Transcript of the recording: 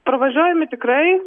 pravažiuojami tikrai